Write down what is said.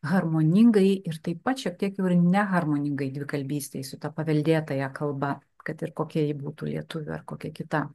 harmoningai ir taip pat šiek tiek jau ir neharmoningai dvikalbystei su ta paveldėtąja kalba kad ir kokia ji būtų lietuvių ar kokia kita